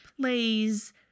plays